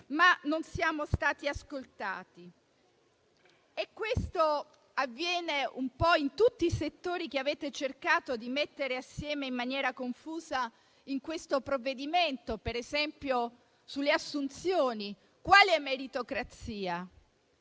ma non siamo stati ascoltati. Questo avviene un po' in tutti i settori che avete cercato di mettere assieme in maniera confusa in questo provvedimento, per esempio sulle assunzioni. Quale meritocrazia?